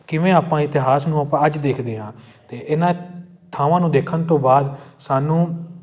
ਕਿਵੇਂ ਆਪਾਂ ਇਤਿਹਾਸ ਨੂੰ ਆਪਾਂ ਅੱਜ ਦੇਖਦੇ ਹਾਂ ਅਤੇ ਇਹਨਾਂ ਥਾਵਾਂ ਨੂੰ ਦੇਖਣ ਤੋਂ ਬਾਅਦ ਸਾਨੂੰ